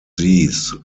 these